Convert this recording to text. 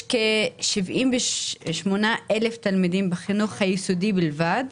יש כ-78 אלף תלמידים בחינוך היסודי בלבד,